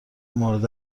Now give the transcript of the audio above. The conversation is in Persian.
مورد